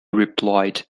replied